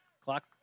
Clock